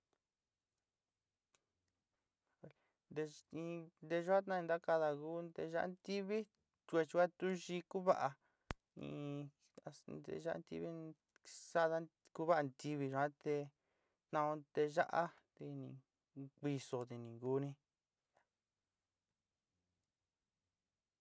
Ntey in nteyá ka jatianda kaáda ku nteyá ntiví tuet ya tu yíí ku va'a ni kas nteyá ntivi saáda ku va'a ntivi yuan te tan'ó nteyá te ni kuisó te ni kuni.